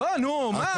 לא, נו, מה.